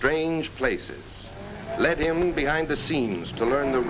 strange places let him behind the scenes to learn the